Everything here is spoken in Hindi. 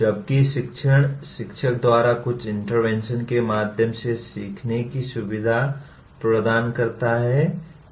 जबकि शिक्षण शिक्षक द्वारा कुछ इंटरवेंशन के माध्यम से सीखने की सुविधा प्रदान करता है